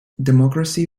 democracy